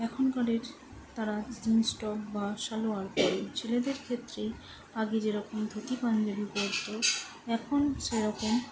এখনকার তারা jeans top বা সালোয়ার পরে ছেলেদের ক্ষেত্রে আগে যেরকম ধুতি পাঞ্জাবি পরত এখন সেরকম